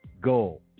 goal